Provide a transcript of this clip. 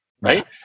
Right